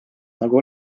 nagu